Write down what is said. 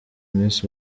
miss